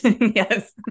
Yes